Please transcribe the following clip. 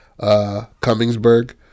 Cummingsburg